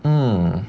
um